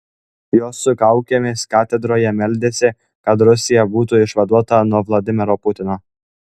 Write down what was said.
jos su kaukėmis katedroje meldėsi kad rusija būtų išvaduota nuo vladimiro putino